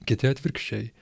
kiti atvirkščiai